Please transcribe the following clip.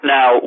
Now